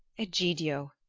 egidio!